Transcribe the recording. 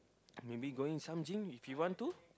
maybe some gym if you want to